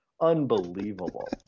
Unbelievable